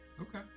Okay